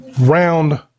round